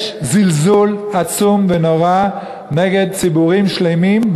יש זלזול עצום ונורא בציבורים שלמים,